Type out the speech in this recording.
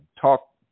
talk